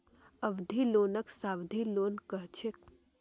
अवधि लोनक सावधि लोन कह छेक